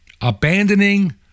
abandoning